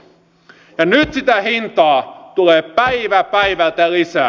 ja nyt sitä hintaa tulee päivä päivältä lisää